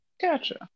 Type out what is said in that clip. Gotcha